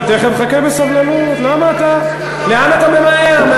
תכף, חכה בסבלנות, למה אתה, לאן אתה ממהר?